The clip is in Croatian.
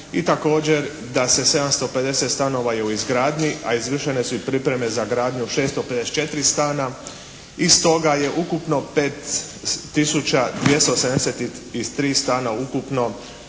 i također da se 750 stanova je u izgradnji, a izvršene su i pripreme za izgradnju 654 stana i stoga je ukupno 5273 stana ukupno